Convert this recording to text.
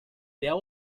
there